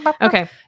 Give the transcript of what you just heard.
Okay